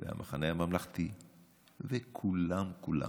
המחנה הממלכתי וכולם, כולם.